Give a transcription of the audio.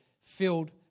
filled